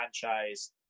franchise